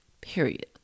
Period